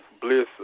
bliss